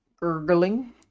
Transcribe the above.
gurgling